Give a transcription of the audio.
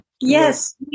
Yes